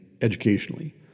educationally